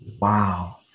Wow